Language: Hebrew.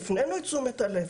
הפנינו את תשומת הלב.